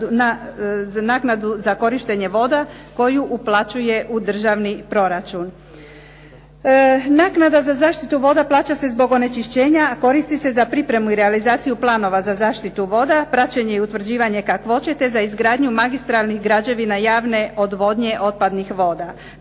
naknadu za korištenje voda, koju uplaćuje u državni proračun. Naknada za zaštitu voda plaća se zbog onečišćenja, a koristi se za pripremu i realizaciju planova za zaštitu voda, praćenje i utvrđivanje kakvoće, te za izgradnju magistralnih građevina javne odvodnje otpadnih voda.